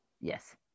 Yes